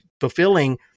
fulfilling